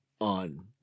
on